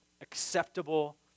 acceptable